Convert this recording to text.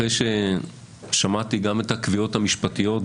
אחרי ששמעתי גם את הקביעות המשפטיות,